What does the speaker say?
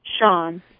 Sean